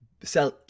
sell